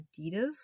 adidas